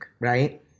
Right